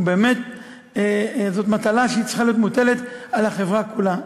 באמת זאת מטלה שצריכה להיות מוטלת על החברה כולה.